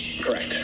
Correct